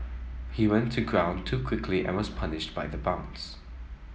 he went to ground too quickly and was punished by the bounce